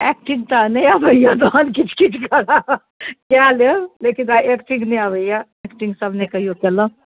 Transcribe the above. acting तऽ नहि अबैया तहन किछु किछु करायब कए लेब लेकिन एक्टिङ्ग नहि आबैया एक्टिङ्ग सब नहि कहिओ कयलहुँ